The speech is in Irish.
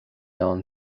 ann